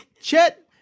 Chet